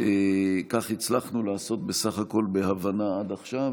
כך הצלחנו לעשות בסך הכול בהבנה עד עכשיו,